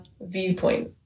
viewpoint